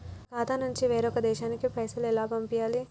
మా ఖాతా నుంచి వేరొక దేశానికి పైసలు ఎలా పంపియ్యాలి?